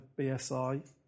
BSI